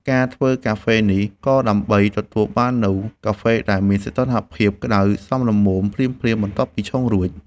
ការធ្វើកាហ្វេនេះ ក៏ដើម្បីទទួលបាននូវកាហ្វេដែលមានសីតុណ្ហភាពក្ដៅសមល្មមភ្លាមៗបន្ទាប់ពីឆុងរួច។